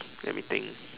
let me think